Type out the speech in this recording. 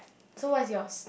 so what is yours